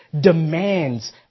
demands